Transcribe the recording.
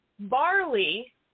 Barley